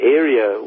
area